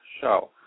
show